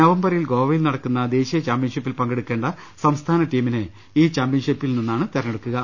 നവംബറിൽ ഗോവയിൽ നടക്കുന്ന ദേശീയ ചാമ്പ്യൻഷിപ്പിൽ പങ്കെടുക്കേണ്ട സംസ്ഥാന ടീമിനെ ഈ ചാമ്പ്യൻഷിപ്പിൽ നിന്ന് തെരഞ്ഞെടുക്കും